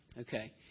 Okay